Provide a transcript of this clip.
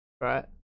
Right